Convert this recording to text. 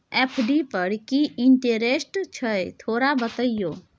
FD पर की interest छय थोरा बतईयो?